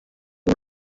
ubu